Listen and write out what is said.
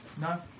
No